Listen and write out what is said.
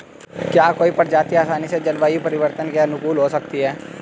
क्या कोई प्रजाति आसानी से जलवायु परिवर्तन के अनुकूल हो सकती है?